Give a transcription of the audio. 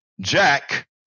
Jack